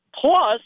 plus